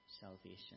salvation